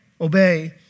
Obey